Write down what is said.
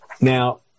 Now